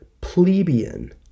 plebeian